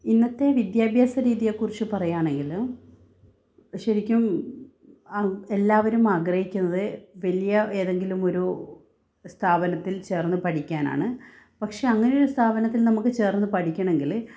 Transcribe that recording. ഇന്നത്തെ വിദ്യാഭ്യാസ രീതിയെക്കുറിച്ച് പറയുകയാണെങ്കിൽ ശരിക്കും എല്ലാവരും ആഗ്രഹിക്കുന്നത് വലിയ ഏതെങ്കിലുമൊരു സ്ഥാപനത്തിൽ ചേര്ന്ന് പഠിക്കാനാണ് പക്ഷേ അങ്ങനെയൊരു സ്ഥാപനത്തില് നമുക്ക് ചേര്ന്ന് പഠിക്കണമെങ്കിൽ